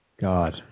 God